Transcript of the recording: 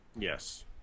Yes